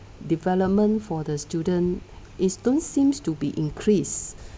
development for the student is don't seems to be increased